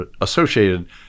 associated